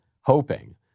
hoping